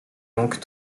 donc